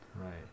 Right